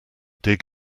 dig